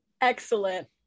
Excellent